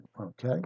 okay